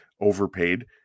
overpaid